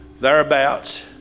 thereabouts